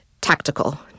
tactical